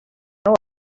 know